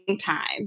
time